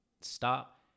stop